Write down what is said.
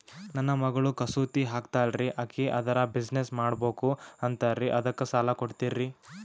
ನನ್ನ ಮಗಳು ಕಸೂತಿ ಹಾಕ್ತಾಲ್ರಿ, ಅಕಿ ಅದರ ಬಿಸಿನೆಸ್ ಮಾಡಬಕು ಅಂತರಿ ಅದಕ್ಕ ಸಾಲ ಕೊಡ್ತೀರ್ರಿ?